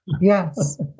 Yes